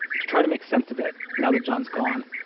to try to make sense of it, now that john's gone,